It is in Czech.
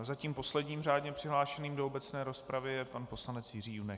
Zatím posledním řádně přihlášeným do obecné rozpravy je pan poslanec Jiří Junek.